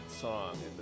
song